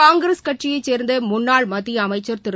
காங்கிரஸ் கட்சியை சேர்ந்த முன்னாள் மத்திய அமைச்சர் திரு